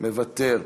מוותר,